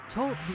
Talk